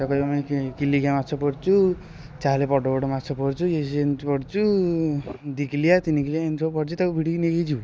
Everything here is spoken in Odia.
ତା'ପରେ ଆମେ କି କିଲିକିଆ ମାଛ ପଡ଼ୁଛି ଚାଲେ ବଡ଼ ବଡ଼ ମାଛ ପଡ଼ୁଛି ଇଏ ସିଏ ଏମତି ପଡ଼ୁଛି ଦୁଇକିଲିଆ ତିନିକିଲିଆ ଏମତି ସବୁ ପଡ଼ୁଛି ତାକୁ ଭିଡ଼ିକି ନେଇକି ଯିବୁ